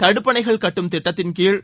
தடுப்பணைகள் கட்டும் திட்டத்தின்கீழ்